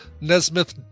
Nesmith